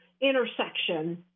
intersection